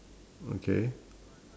okay